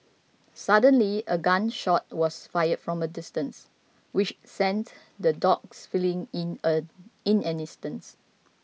suddenly a gun shot was fired from a distance which sent the dogs fleeing in a in an instance